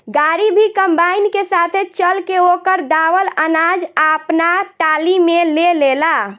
गाड़ी भी कंबाइन के साथे चल के ओकर दावल अनाज आपना टाली में ले लेला